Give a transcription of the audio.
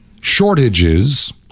shortages